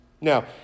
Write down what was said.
Now